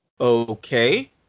Okay